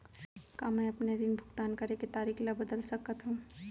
का मैं अपने ऋण भुगतान करे के तारीक ल बदल सकत हो?